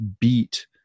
beat